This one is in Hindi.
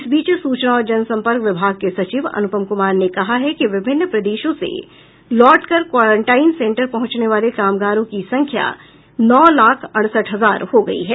इस बीच सूचना और जन संपर्क विभाग के सचिव अनुपम कुमार ने कहा है कि विभिन्न प्रदेशों से लौट कर क्वारंटाइन सेंटर पहुंचने वाले कामगारों की संख्या नौ लाख अड़सठ हजार हो गयी है